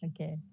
Okay